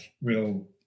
real